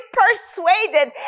persuaded